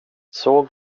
såg